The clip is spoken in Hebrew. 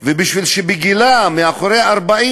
ובגילה, מעל 40,